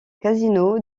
casino